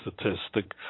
statistic